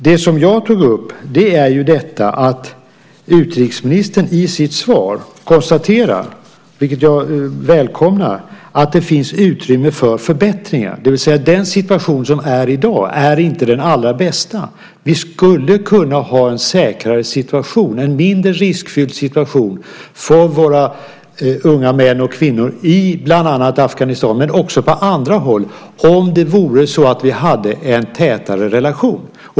Det som jag tog upp gällde dock att utrikesministern i sitt första svar konstaterade - vilket jag välkomnar - att det finns utrymme för förbättringar, det vill säga att den situation som i dag råder inte är den allra bästa. Vi skulle kunna ha en säkrare situation, en mindre riskfylld situation för våra unga män och kvinnor i bland annat Afghanistan, men också på andra håll, om vi hade en tätare relation.